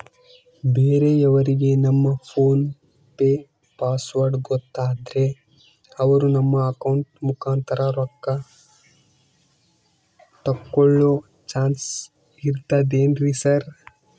ಬೇರೆಯವರಿಗೆ ನಮ್ಮ PhonePe password ಗೊತ್ತಾದ್ರೆ ಅವರು ನಮ್ಮ ಅಕೌಂಟ್ ಮುಖಾಂತರ ರೊಕ್ಕ ತಕ್ಕೊಳ್ಳೋ ಚಾನ್ಸ್ ಇರ್ತದೆನ್ರಿ ಸರ್?